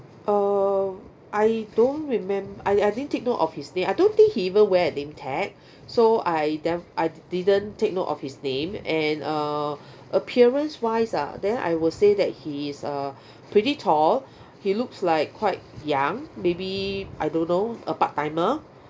err I don't remem~ I I didn't take note of his name I don't think he even wear a name tag so I ne~ I didn't take note of his name and err appearance wise ah then I will say that he is uh pretty tall he looks like quite young maybe I don't know a part timer